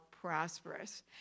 prosperous